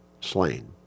slain